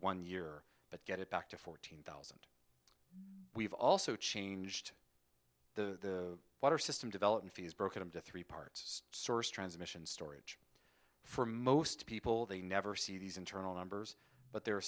one year but get it back to fourteen we've also changed the water system develop in fees broken into three parts source transmission storage for most people they never see these internal numbers but there are